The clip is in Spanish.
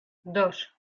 dos